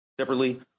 Separately